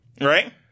right